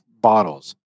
bottles